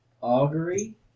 Augury